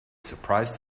surprise